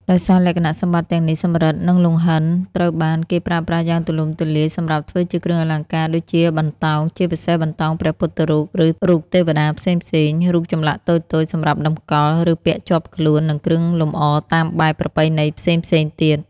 ដោយសារលក្ខណៈសម្បត្តិទាំងនេះ សំរឹទ្ធ និងលង្ហិនត្រូវបានគេប្រើប្រាស់យ៉ាងទូលំទូលាយសម្រាប់ធ្វើជាគ្រឿងអលង្ការ ដូចជា បន្តោង (ជាពិសេសបន្តោងព្រះពុទ្ធរូប ឬរូបទេវតាផ្សេងៗ) រូបចម្លាក់តូចៗសម្រាប់តម្កល់ ឬពាក់ជាប់ខ្លួន និងគ្រឿងលម្អតាមបែបប្រពៃណីផ្សេងៗទៀត។